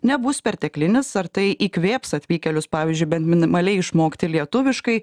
nebus perteklinis ar tai įkvėps atvykėlius pavyzdžiui bent minimaliai išmokti lietuviškai